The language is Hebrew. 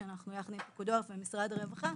שיש עם פיקוד העורף ומשרד הרווחה,